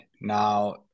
Now